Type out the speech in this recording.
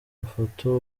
mafoto